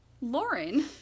Lauren